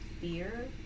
fear